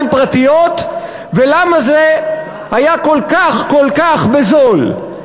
פרטיות ולמה זה היה כל כך כל כך בזול?